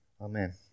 Amen